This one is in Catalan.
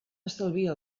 estalvia